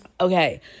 Okay